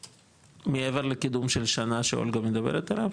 מעבר לקידום של שנה שאולגה מדברת עליו?